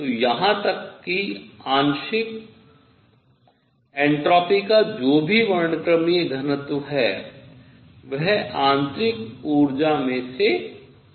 तो यहां तक कि आंशिक एन्ट्रापी का जो भी वर्णक्रमीय घनत्व है वह आंतरिक ऊर्जा में से एक है